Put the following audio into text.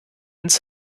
ins